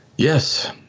Yes